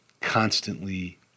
constantly